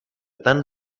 tan